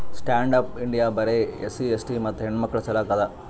stand up India ಬರೆ SC ST ಮತ್ತ ಹೆಣ್ಣಮಕ್ಕುಳ ಸಲಕ್ ಅದ